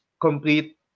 complete